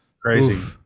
crazy